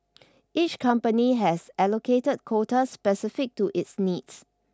each company has an allocated quota specific to its needs